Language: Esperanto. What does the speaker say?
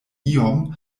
iom